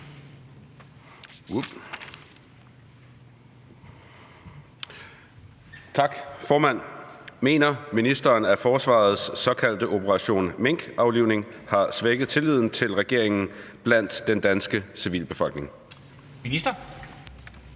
Knuth (KF): Mener ministeren, at forsvarets såkaldte operation minkaflivning har svækket tilliden til regeringen blandt den danske civilbefolkning? Formanden